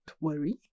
worry